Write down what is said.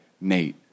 Nate